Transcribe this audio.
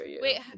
Wait